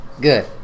Good